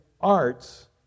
arts